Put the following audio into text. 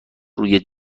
روی